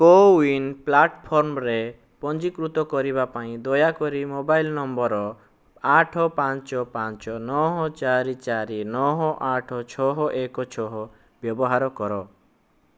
CoWIN ପ୍ଲାଟଫର୍ମରେ ପଞ୍ଜୀକୃତ କରିବା ପାଇଁ ଦୟାକରି ମୋବାଇଲ୍ ନମ୍ବର୍ ଆଠ ପାଞ୍ଚ ପାଞ୍ଚ ନଅ ଚାରି ଚାରି ନଅ ଆଠ ଛଅ ଏକ ଛଅ ବ୍ୟବହାର କର